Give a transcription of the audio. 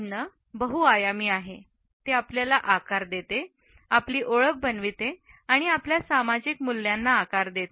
अन्न बहुआयामी आहे ते आपल्याला आकार देते आपली ओळख बनविते आणि आपल्या सामाजिक मूल्यांना आकार देते